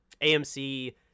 AMC